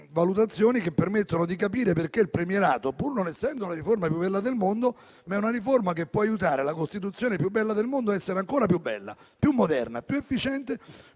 valutazioni che permettono di capire perché il premierato, pur non essendo la riforma più bella del mondo, può aiutare la Costituzione più bella del mondo a essere ancora più bella, più moderna, più efficiente,